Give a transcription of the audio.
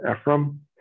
Ephraim